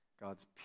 God's